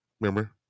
Remember